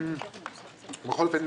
בכל אופן,